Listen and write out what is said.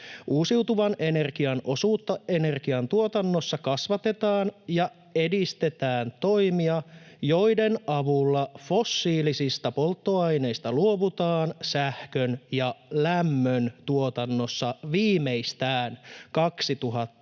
”Uusiutuvan energian osuutta energiantuotannossa kasvatetaan, ja edistetään toimia, joiden avulla fossiilisista polttoaineista luovutaan sähkön ja lämmön tuotannossa viimeistään 2030-luvulla.”